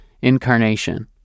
incarnation